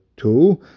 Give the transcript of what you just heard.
Two